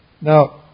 Now